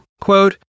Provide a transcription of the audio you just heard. Quote